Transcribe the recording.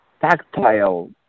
tactile